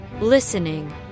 listening